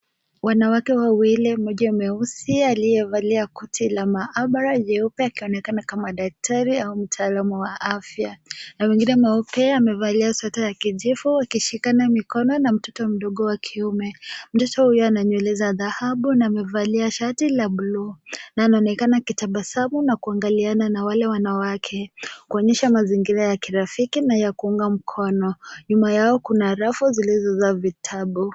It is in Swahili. Wanawake wawili mmoja mweusi aliyevalia koti la maabara nyeupe akionekana kama daktari au mtaalamu wa afya na mwengine mweupe amevalia sweta la kijivu akishikana mikono na mtoto mdogo wa kiume. Mtoto huyo ana nywele za dhahabu na amevalia shati la buluu na anaonekana akitabasamu na kuangaliana na wale wanawake kuonyesha mazingira ya kirafiki na ya kuunga mikono. Nyuma yao kuna rafu zilizojaa vitabu.